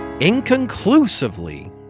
inconclusively